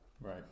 Right